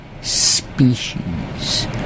species